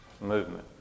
movement